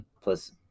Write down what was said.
Plus